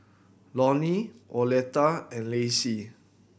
Lonie Oleta and Lacy